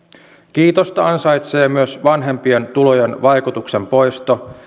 kiitosta ansaitsee myös vanhempien tulojen vaikutuksen poisto